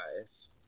Guys